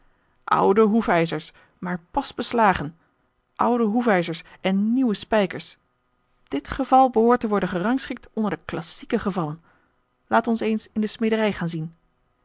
oude hoefijzers maar pas beslagen oude hoefijzers en nieuwe spijkers dit geval behoort te worden gerangschikt onder de klassieke gevallen laat ons eens in de smederij gaan zien